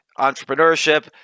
entrepreneurship